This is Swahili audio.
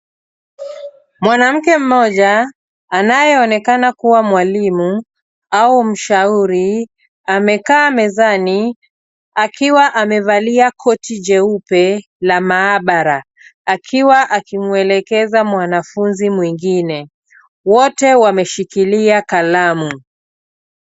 Mwanamke mmoja anayeonekana kuwa mwalimu au mshauri amekaa mezani akiwa amevalia koti jeupe la maabara. Akiwa akimwelekeza mwanafunzi mwingine. Wote wameshikilia kalamu.